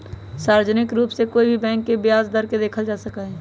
सार्वजनिक रूप से कोई भी बैंक के ब्याज दर के देखल जा सका हई